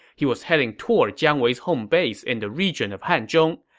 he was heading toward jiang wei's home base in the region of hanzhong.